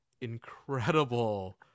incredible